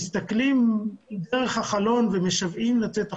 מסתכלים דרך החלון ומשוועים לצאת החוצה.